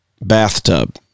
bathtub